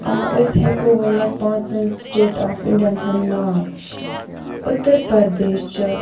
آ أسۍ ہٮ۪کو ؤنِتھ پانٛژَن سٹیٹ آف اِنڈیَن ہُنٛد ناو اُتر پردیش چھِ